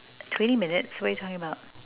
twenty minutes what are you talking about